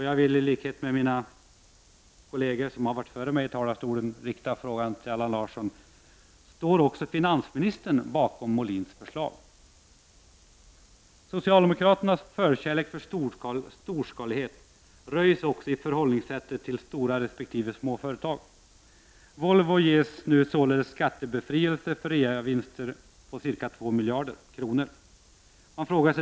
Jag vill i likhet med kolleger som varit före mig i talarstolen rikta frågan till Allan Larsson: Står också finansministern bakom Molins förslag? Socialdemokraternas förkärlek för storskalighet röjs också i förhållningssättet till stora resp. små företag. Volvo ges således skattebefrielse för reavinster på ca 2 miljarder kronor.